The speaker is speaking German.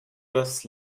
das